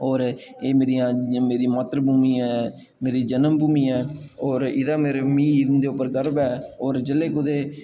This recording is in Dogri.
और एह् मेरियां मेरी मात्र भूमि ऐ मेरी जन्म भूमी और एह्दा मेरे कोल मी उं'दे उप्पर गौह् ऐ और जेल्लै